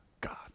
God